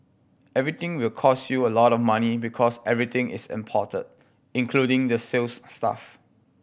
everything will cost you a lot of money because everything is imported including the sales staff